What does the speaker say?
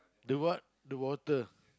the what the bottle